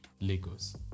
lagos